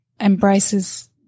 embraces